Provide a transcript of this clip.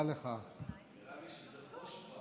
החלטת לא לתמוך במינוי שלו משום שאת כנראה